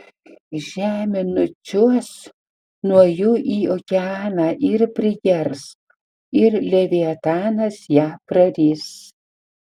žemė nučiuoš nuo jų į okeaną ir prigers ir leviatanas ją praris